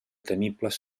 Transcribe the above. temibles